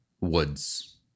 woods